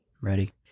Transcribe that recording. Ready